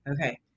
Okay